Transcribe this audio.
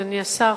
אדוני השר,